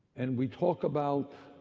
and we talk about